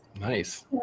Nice